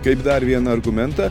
kaip dar vieną argumentą